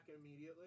immediately